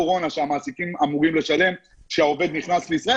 קורונה שהמעסיקים אמורים לשלם כשהעובד נכנס לישראל,